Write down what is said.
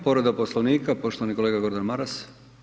Povreda Poslovnika, poštovani kolega Gordan Maras.